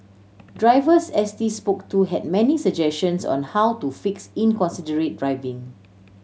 drivers S T spoke to had many suggestions on how to fix inconsiderate driving